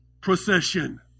procession